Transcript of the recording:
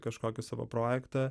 kažkokį savo projektą